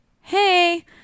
hey